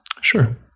Sure